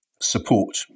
support